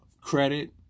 credit